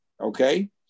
okay